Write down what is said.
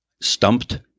stumped